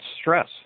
stress